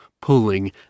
Pulling